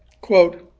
quote